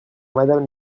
madame